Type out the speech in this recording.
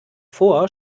vor